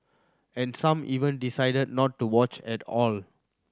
and some even decided not to watch at all